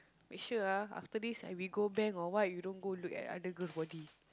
make sure ah after this eh we go bank or what you don't go look at other girls body